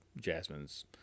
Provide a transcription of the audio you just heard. Jasmine's